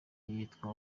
yitwa